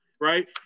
right